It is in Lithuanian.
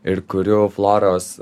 ir kuriu floros